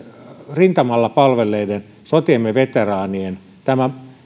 rintamalla palvelleiden sotiemme veteraanien